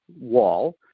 wall